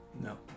No